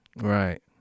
right